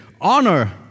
honor